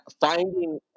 finding